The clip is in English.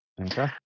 Okay